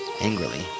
angrily